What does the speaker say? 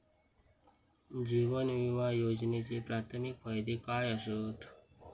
जीवन विमा योजनेचे प्राथमिक फायदे काय आसत?